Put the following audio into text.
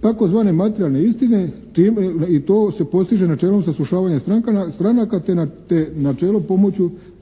tzv. materijalne istine i to se postiže načelom saslušavanja stranaka te načelo